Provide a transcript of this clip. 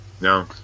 No